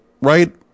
right